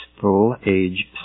full-age